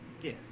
Yes